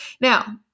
Now